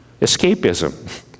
escapism